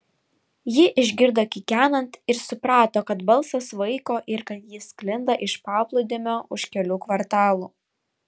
ji išgirdo kikenant ir suprato kad balsas vaiko ir kad jis sklinda iš paplūdimio už kelių kvartalų